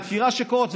מחקירה שקורית,